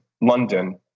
London